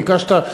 ביקשת.